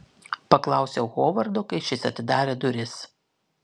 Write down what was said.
paklausiau hovardo kai šis atidarė duris